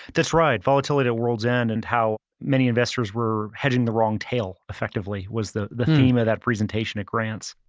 that's right. volatility at world's end and how many investors were hedging the wrong tail effectively was the the theme of that presentation at grant's.